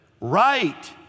right